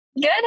Good